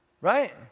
Right